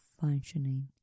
functioning